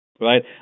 right